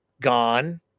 gone